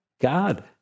God